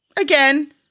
again